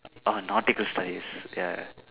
orh nautical studies ya